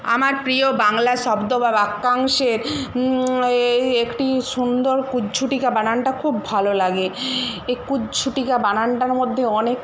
আমার প্রিয় বাংলা শব্দ বা বাক্যাংশের এই একটি সুন্দর কুজ্ঝটিকা বানানটা খুব ভালো লাগে এ কুজ্ঝটিকা বানানটার মধ্যে অনেক